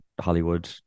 Hollywood